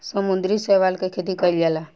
समुद्री शैवाल के खेती कईल जाला